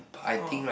orh